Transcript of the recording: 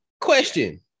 question